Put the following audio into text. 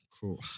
cool